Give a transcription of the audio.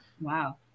Wow